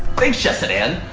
thanks jess and anne.